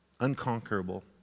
unconquerable